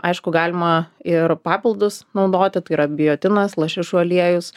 aišku galima ir papildus naudoti tai yra biotinas lašišų aliejus